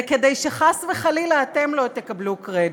זה כדי שחס וחלילה אתם לא תקבלו קרדיט.